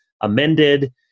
amended